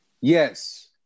Yes